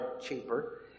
cheaper